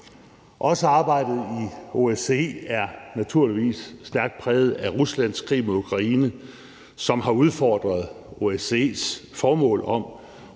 Også arbejdet i OSCE er naturligvis stærkt præget af Ruslands krig mod Ukraine, som har udfordret OSCE's formål om